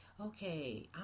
okay